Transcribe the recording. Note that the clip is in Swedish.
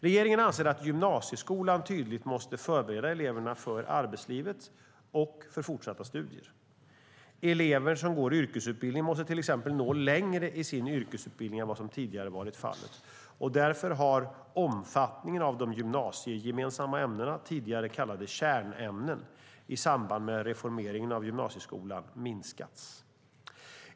Regeringen anser att gymnasieskolan tydligt måste förbereda eleverna för arbetslivet och för fortsatta studier. Elever som går yrkesutbildning måste till exempel nå längre i sin yrkesutbildning än vad som tidigare varit fallet. Därför har omfattningen av de gymnasiegemensamma ämnena, tidigare kallade kärnämnen, i samband med reformeringen av gymnasieskolan minskats.